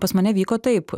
pas mane vyko taip